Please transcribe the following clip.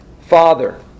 Father